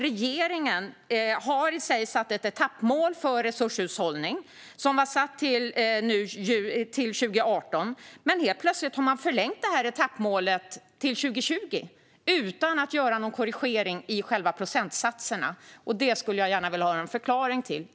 Regeringen har satt ett etappmål för resurshushållning som var satt till 2018. Men nu har man helt plötsligt förlängt etappmålet till 2020 utan att göra någon korrigering i själva procentsatserna. Det skulle jag gärna vilja höra en förklaring till.